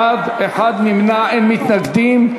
בעד, 49, נמנע אחד, אין מתנגדים.